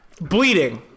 bleeding